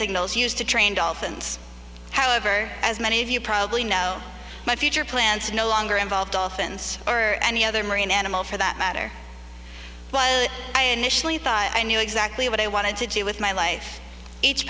signals used to train dolphins however as many of you probably know my future plans no longer involve dolphins or any other marine animal for that matter i initially thought i knew exactly what i wanted to do with my life each